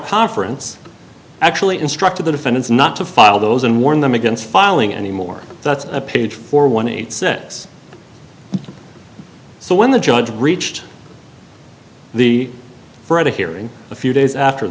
conference actually instructed the defendants not to file those and warn them against filing any more that's a page for one eight six so when the judge reached the for the hearing a few days after